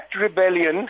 rebellion